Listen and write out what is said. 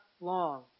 long